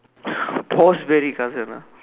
boss marry cousin ah